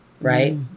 Right